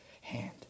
hand